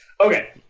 Okay